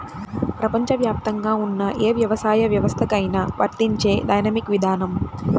ప్రపంచవ్యాప్తంగా ఉన్న ఏ వ్యవసాయ వ్యవస్థకైనా వర్తించే డైనమిక్ విధానం